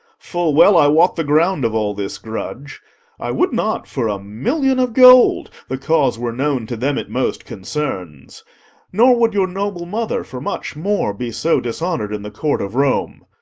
full well i wot the ground of all this grudge i would not for a million of gold the cause were known to them it most concerns nor would your noble mother for much more be so dishonoured in the court of rome.